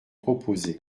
proposé